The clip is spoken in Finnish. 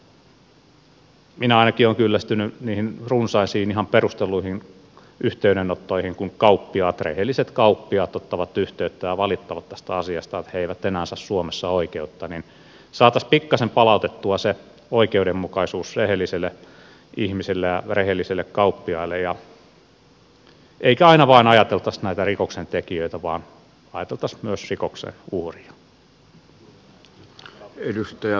kun minä ainakin olen kyllästynyt niihin runsaisiin ihan perusteltuihin yhteydenottoihin kun rehelliset kauppiaat ottavat yhteyttä ja valittavat tästä asiasta että he eivät enää saa suomessa oikeutta niin saataisiin pikkasen palautettua oikeudenmukaisuutta rehelliselle ihmiselle ja rehellisille kauppiaille eikä aina vain ajateltaisi näitä rikoksentekijöitä vaan ajateltaisiin myös rikoksen uhria